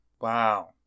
Wow